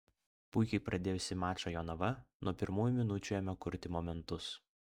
puikiai pradėjusi mačą jonava nuo pirmųjų minučių ėmė kurti momentus